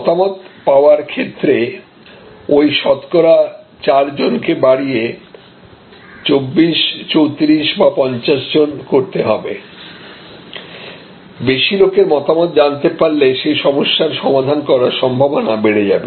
মতামত পাবার ক্ষেত্রে ঐ শতকরা 4 জন কে বাড়িয়ে 24 34 বা 50 জন করতে হবে বেশি লোকের মতামত জানতে পারলে সেই সমস্যার সমাধান করার সম্ভাবনা বেড়ে যাবে